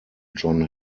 john